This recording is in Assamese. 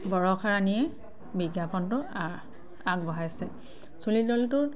বৰষাৰাণীয়েে বিজ্ঞাপনটো আগবঢ়াইছে চুলি তেলটোত